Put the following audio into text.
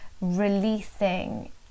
releasing